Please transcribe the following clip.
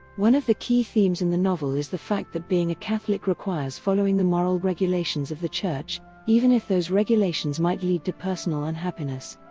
one of the key themes in the novel is the fact that being a catholic requires following the moral regulations of the church even if those regulations might lead to personal unhappiness.